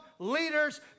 Leaders